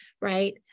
right